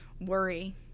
worry